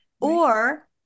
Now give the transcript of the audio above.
or-